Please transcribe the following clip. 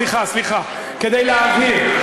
סליחה, כדי להבהיר.